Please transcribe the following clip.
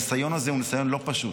הניסיון הזה הוא ניסיון לא פשוט,